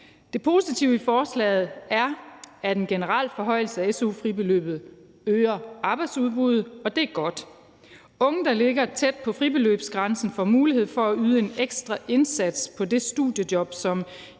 Det positive i forslaget er, at en generel forhøjelse af su-fribeløbet øger arbejdsudbuddet, og det er godt. Unge, der ligger tæt på fribeløbsgrænsen, får mulighed for at yde en ekstra indsats på det studiejob, som